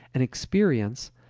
an experience,